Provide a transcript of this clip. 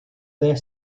their